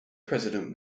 president